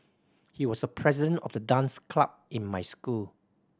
he was the president of the dance club in my school